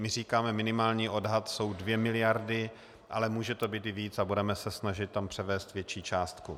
Říkáme, minimální odhad jsou 2 miliardy, ale může to být i víc a budeme se snažit tam převést větší částku.